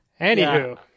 Anywho